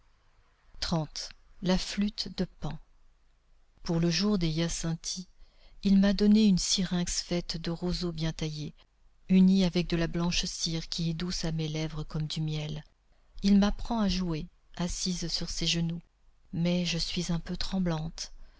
la flûte de pan pour le jour des hyacinthies il m'a donné une syrinx faite de roseaux bien taillés unis avec de la blanche cire qui est douce à mes lèvres comme du miel il m'apprend à jouer assise sur ses genoux mais je suis un peu tremblante